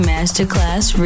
Masterclass